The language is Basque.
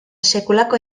sekulako